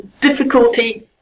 difficulty